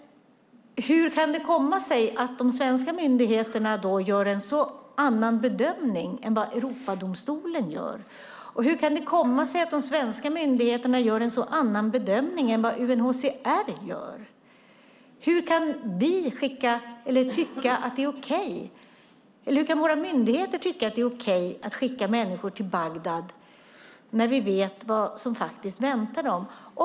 Hur kan det komma sig att de svenska myndigheterna gör en helt annan bedömning än vad Europadomstolen gör? Hur kan det komma sig att de svenska myndigheterna gör en helt annan bedömning än vad UNHCR gör? Hur kan våra myndigheter tycka att det är okej att skicka människor till Bagdad när vi vet vad som väntar dem?